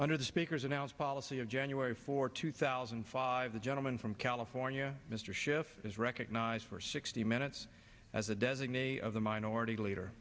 of the speakers announced policy of january for two thousand and five the gentleman from california mr schiff is recognized for sixty minutes as a designate of the minority leader